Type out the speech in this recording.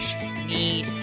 need